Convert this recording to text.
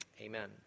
Amen